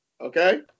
okay